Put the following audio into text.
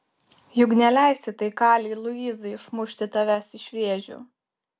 juk neleisi tai kalei luizai išmušti tavęs iš vėžių